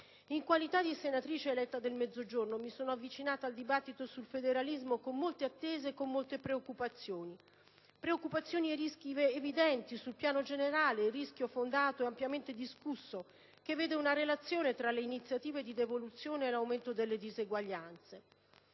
In qualità di senatrice eletta nel Mezzogiorno, mi sono avvicinata al dibattito sul federalismo con molte attese e preoccupazioni. Le preoccupazioni e i rischi sono evidenti. Sul piano generale, vi è il rischio fondato ed ampiamente discusso che vede una relazione tra le iniziative di devoluzione e l'aumento delle disuguaglianze,